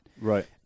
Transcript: Right